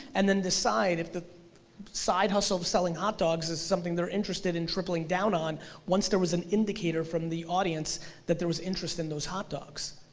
and then decide if the side hustle of selling hot dogs is something they're interested in tripling down on once there was an indicator from the audience that there was interest in those hot dogs,